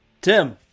Tim